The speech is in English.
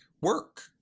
work